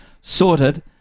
sorted